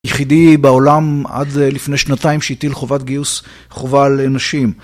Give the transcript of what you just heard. יחידי בעולם עד לפני שנתיים שהטיל לחובת גיוס חובה לנשים.